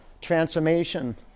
transformation